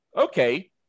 okay